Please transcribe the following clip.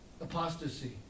apostasy